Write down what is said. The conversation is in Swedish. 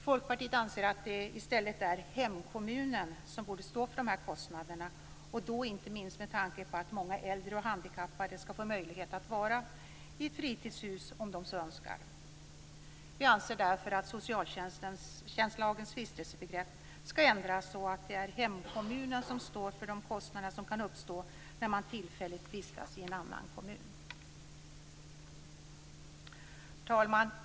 Folkpartiet anser att det i stället är hemkommunen som borde stå för dessa kostnader, inte minst med tanke på att många äldre och handikappade skall få möjlighet att vara i sina fritidshus om de så önskar. Vi anser därför att socialtjänstlagens vistelsebegrepp skall ändras så att det är hemkommunen som står för de kostnader som kan uppstå när man tillfälligt vistas i en annan kommun. Herr talman!